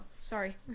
sorry